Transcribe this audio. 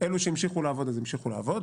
אלו שהמשיכו לעבוד אז המשיכו לעבוד,